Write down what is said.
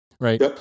right